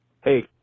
Hey